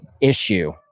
issue